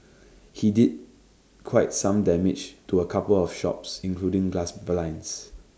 he did quite some damage to A couple of shops including glass blinds